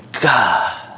God